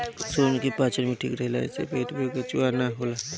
सूरजमुखी पाचन में ठीक रहेला एसे पेट में केचुआ ना होला